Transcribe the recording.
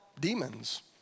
demons